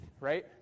right